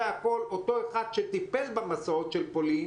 הכול אותו אחד שטיפל במסעות של פולין,